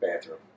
bathroom